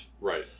Right